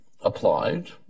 applied